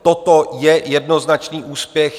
Toto je jednoznačný úspěch.